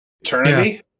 Eternity